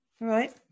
right